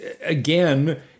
again